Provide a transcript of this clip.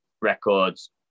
records